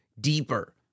deeper